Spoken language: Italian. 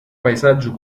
paesaggio